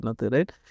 right